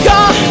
God